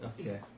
Okay